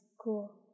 cool